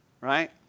Right